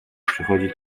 przychodzi